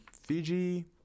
Fiji